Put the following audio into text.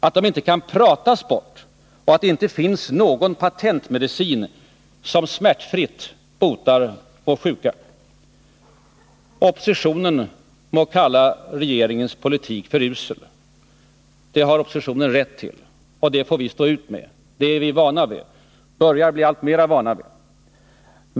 Att de inte kan pratas bort och att det inte finns någon patentmedicin som smärtfritt botar vår sjuka. Oppositionen må kalla regeringens politik för usel. Det har oppositionen rätt till, och det får vi stå ut med — det har vi blivit alltmer vana vid.